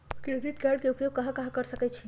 Credit card के उपयोग कहां कहां कर सकईछी?